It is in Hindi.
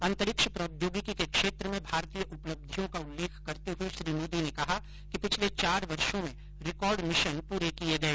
अंतरिक्ष प्रौद्योगिकी के क्षेत्र में भारतीय उपलब्धियों का उल्लेख करते हुए श्री मोदी ने कहा कि पिछले चार वर्षो में रिकॉर्ड मिशन पूरे किए गए